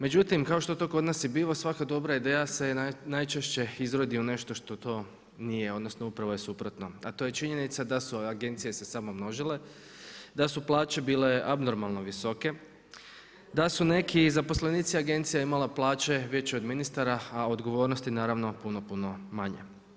Međutim, kao što to kod nas i biva, svaka dobra ideja se najčešće izrodi u nešto što to nije, odnosno upravo je suprotno, a to je činjenica su agencije se samo množile, da su plaće bile abnormalno visoke, da su neki zaposlenici agencija imali plaće veće od ministara a odgovornosti naravno, puno puno manje.